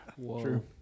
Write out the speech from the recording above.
True